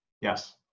Yes